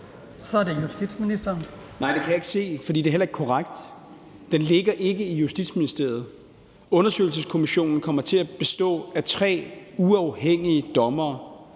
(Peter Hummelgaard): Nej, det kan jeg ikke se, for det er heller ikke korrekt. Den ligger ikke i Justitsministeriet. Undersøgelseskommissionen kommer til at bestå af tre uafhængige dommere,